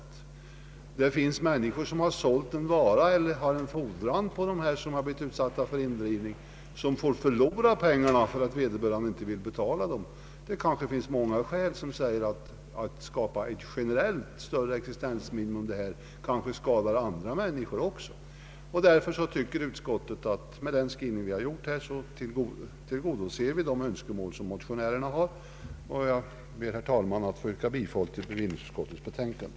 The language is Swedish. Det händer också att människor som kanske sålt en vara eller har en fordran på en person som blir utsatt för indrivning förlorar pengarna och själva råkar i en svår situation därför att vederbörande inte vill betala. Om vi beslutade att i sådana här fall generellt tillämpa ett högre existensminimum skulle detta i många fall skada andra människor. Jag anser att utskottet med sin skrivning tillgodoser motionärernas önskemål och ber, herr talman, att få yrka bifall till bevillningsutskottets betänkande. föranleda någon riksdagens åtgärd. Enligt reservanternas mening borde Kungl. Maj:t, efter prövning av de erfarenheter som vunnits av lagrummets tillämpning, upptaga frågan om ändring av 22 § införsellagen i enlighet med i reservationen angivna överväganden.